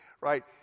right